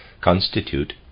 constitute